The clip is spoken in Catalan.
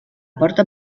porta